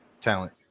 talent